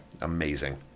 Amazing